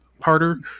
harder